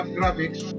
graphics